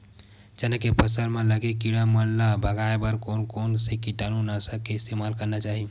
चना के फसल म लगे किड़ा मन ला भगाये बर कोन कोन से कीटानु नाशक के इस्तेमाल करना चाहि?